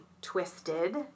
twisted